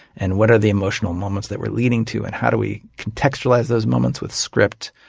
and what are the emotional moments that we're leading to and how do we contextualize those moments with script?